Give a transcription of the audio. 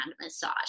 massage